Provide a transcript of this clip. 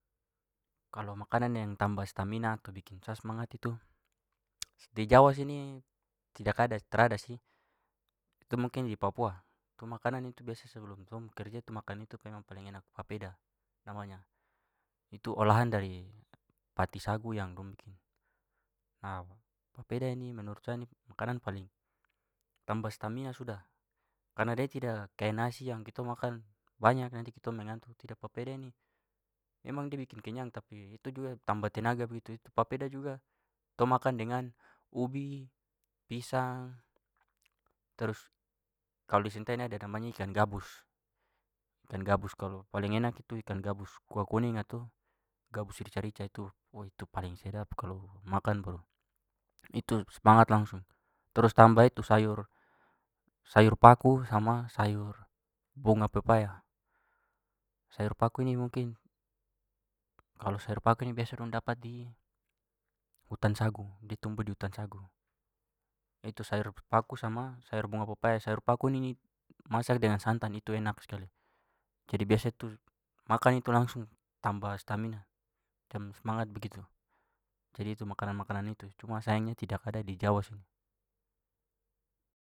Kalau makanan yang tambah stamina atau bikin sa semangat itu di jawa sini tidak ada, trada. Itu mungkin di papua. Itu makanan itu biasa sebelum tong kerja itu makan itu memang paling enak. Papeda namanya. Itu olahan dari pati sagu yang. A, papeda ini menurut saya ni makanan paling tambah stamina sudah karena dia tidak kayak nasi yang kitong makan banyak nanti kitong mengantuk, tidak. Papeda ini memang da bikin kenyang tapi itu juga tambah tenaga begitu. Papeda juga tong makan dengan ubi, pisang, terus kalau di sentani ada namanya ikan gabus- ikan gabus. Kalau paling enak itu ikan gabus kuah kuning atau gabus rica-rica itu. Wah itu paling sedap kalau makan baru itu semangat langsung. Terus tambah itu sayur paku sama sayur bunga pepaya. Sayur paku ini mungkin- kalau sayur paku ini biasa dong dapat di hutan sagu. Dia tumbuh di hutan sagu. Itu sayur paku sama sayur bunga pepaya. Sayur paku ni masak dengan santan itu enak sekali. Jadi biasa tu makan itu langsung tambah stamina. Macam semangat begitu. Jadi itu makanan-makanan itu. Cuma sayangnya tidak ada di jawa sini.